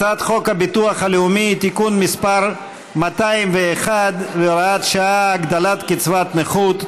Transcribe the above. הצעת חוק הביטוח הלאומי (תיקון מס' 201 והוראת שעה) (הגדלת קצבת נכות),